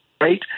right